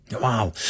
Wow